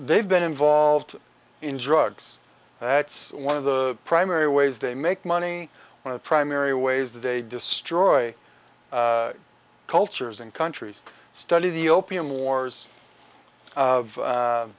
they've been involved in drugs that's one of the primary ways they make money when the primary ways the day destroy cultures and countries study the opium wars